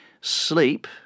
sleep